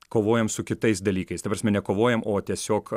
kovojam su kitais dalykais ta prasme nekovojam o tiesiog